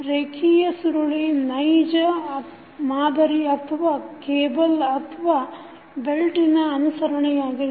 ರೇಖಿಯ ಸುರುಳಿ ನೈಜ ಮಾದರಿ ಅಥವಾ ಕೇಬಲ್ ಅಥವಾ ಬೆಲ್ಟಿನ ಅನುಸರಣೆಯಾಗಿದೆ